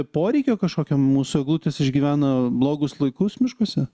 poreikio kažkokio mūsų eglutės išgyvena blogus laikus miškuose